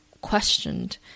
questioned